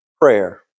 prayer